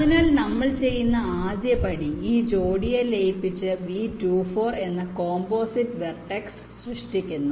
അതിനാൽ നമ്മൾ ചെയ്യുന്ന ആദ്യപടി ഈ ജോഡിയെ ലയിപ്പിച്ച് V24 എന്ന കോംപോസിറ്റ് വെർടെക്സ് സൃഷ്ടിക്കുന്നു